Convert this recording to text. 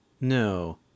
No